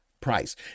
price